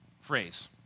phrase